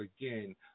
again